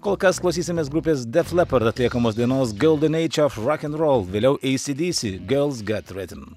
kol kas klausysimės grupės deflepart atliekamos dainos galden aidž of rok and rol vėliau eisy dysyacdc gerls gut ritm